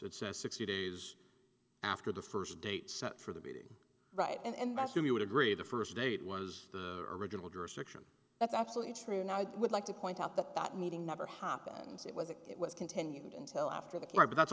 it says sixty days after the first date set for the beating right and you would agree the first date was the original jurisdiction that's absolutely true and i would like to point out that that meeting never happens it wasn't it was continued until after the car but that's